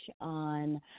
on